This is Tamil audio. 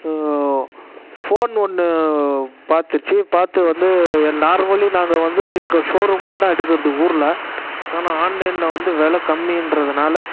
ஃபோன் ஒன்னு பாத்துச்சு பார்த்து வந்து நார்மலி நாங்கள் வந்து இங்கே ஷோரூம் வந்து தான் எடுக்கிறது ஊரில் ஆனால் ஆன்லைனில் வந்து வில கம்மின்றதுனால